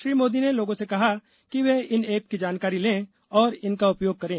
श्री मोदी ने लोगों से कहा कि र्वे इन ऐप की जानकारी लें और इनका उपयोग करें